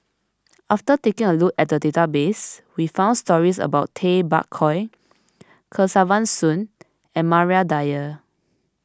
after taking a look at the database we found stories about Tay Bak Koi Kesavan Soon and Maria Dyer